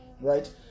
Right